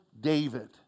David